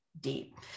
deep